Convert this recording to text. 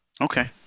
Okay